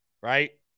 right